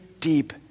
deep